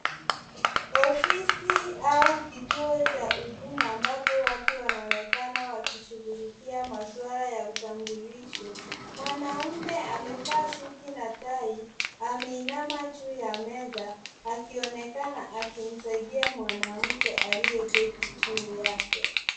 Ofisi au kituo cha huduma ambapo watu wanaonekana wakishughulikia maswala ya utambulisho. Mwanaume amevaa suti na tai ameinama juu ya meza akionekana akimsaidia mwanamke alieketi chini yake.